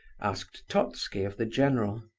asked totski of the general.